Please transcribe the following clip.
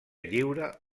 lliure